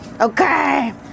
Okay